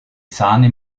sahne